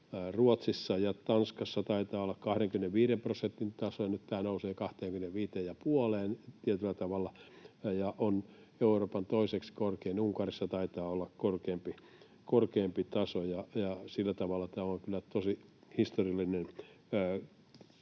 Ruotsissa ja Tanskassa taitaa olla 25 prosentin taso, nyt tämä nousee 25,5:een tietyllä tavalla ja on Euroopan toiseksi korkein — Unkarissa taitaa olla korkeampi taso — ja sillä tavalla tämä on kyllä tosi historiallinen